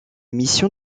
mission